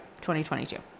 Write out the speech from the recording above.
2022